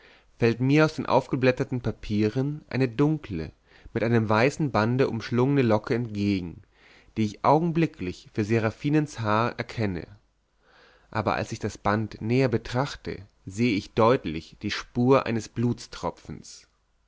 fällt mir aus den aufgeblätterten papieren eine dunkle mit einem weißen bande umschlungene locke entgegen die ich augenblicklich für seraphinens haar erkenne aber als ich das band näher betrachte sehe ich deutlich die spur eines blutstropfens